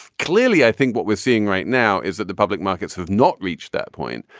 clearly i think what we're seeing right now is that the public markets have not reached that point.